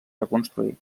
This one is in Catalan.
reconstruir